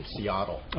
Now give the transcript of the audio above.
Seattle